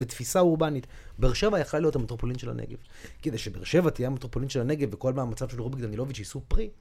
בתפיסה אורבנית, באר שבע יכלה להיות המטרופולין של הנגב. כדי שבאר שבע תהיה המטרופולין של הנגב, וכל מאמציו של רובי גדלנילוביץ' יישאו פרי.